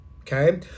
okay